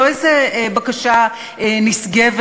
לא איזו בקשה נשגבת,